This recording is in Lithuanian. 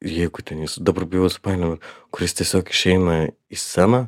jeigu ten jis dabar bijau supainiot bet kur jis tiesiog išeina į sceną